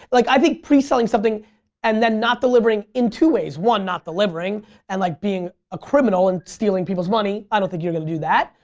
like i think pre-selling something and then not delivering in two ways, one, not delivering and like being a criminal and stealing people's money, i don't think you're going to do that.